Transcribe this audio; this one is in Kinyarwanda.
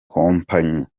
kompanyi